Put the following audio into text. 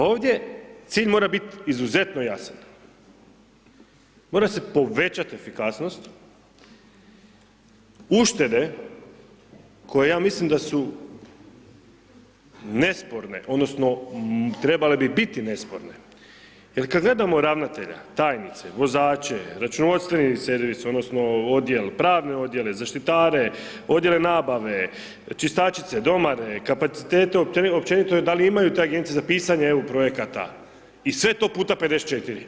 Ovdje cilj mora biti izuzetno jasan, mora se povećati efikasnost, uštede koje ja mislim da su nesporne, odnosno trebale bi biti nesporne jer kada gledamo ravnatelja, tajnice, vozače, računovodstveni servis, odnosno odjel, pravne odjele, zaštitare, odjele nabave, čistačice, domare, kapacitete općenito je da li imaju te agencije za pisanje EU projekata i sve to puta 54.